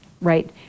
right